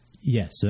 Yes